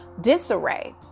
disarray